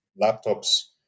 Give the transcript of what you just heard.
laptop's